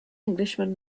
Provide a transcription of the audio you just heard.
englishman